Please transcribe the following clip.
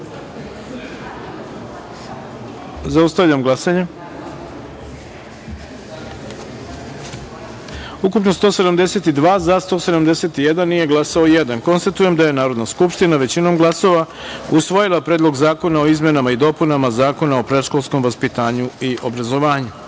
taster. Zaustavljam glasanje: Ukupno - 172, za – 171, nije glasao jedan. Konstatujem da je Narodna skupština većinom glasova usvojila Predlog zakona o izmenama i dopunama Zakona o predškolskom vaspitanju i obrazovanju. Šesta